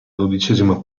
dodicesima